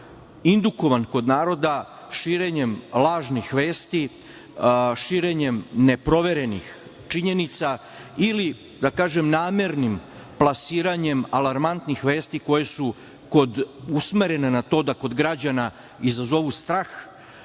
indukovan kod naroda širenjem lažnih vesti, širenjem neproverenih činjenica ili, da kažem, namernim plasiranjem alarmantnih vesti koje su usmerene na to da kod građana izazovu strah,